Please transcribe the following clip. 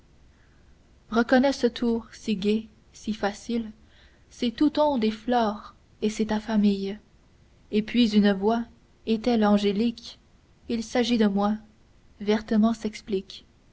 reconnais ce tour si gai si facile c'est tout onde et flore et c'est ta famille et puis une voix est-elle angélique il s'agit de moi vertement s'explique